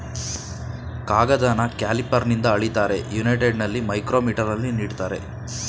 ಕಾಗದನ ಕ್ಯಾಲಿಪರ್ನಿಂದ ಅಳಿತಾರೆ, ಯುನೈಟೆಡಲ್ಲಿ ಮೈಕ್ರೋಮೀಟರಲ್ಲಿ ನೀಡ್ತಾರೆ